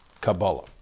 Kabbalah